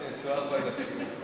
יש לו ארבע נשים.